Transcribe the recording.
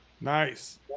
Nice